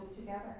together